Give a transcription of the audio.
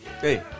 Hey